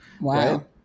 Wow